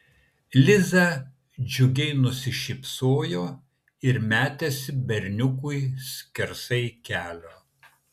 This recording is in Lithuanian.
liza džiugiai nusišypsojo ir metėsi berniukui skersai kelio